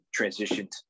transitioned